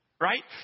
Right